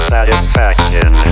Satisfaction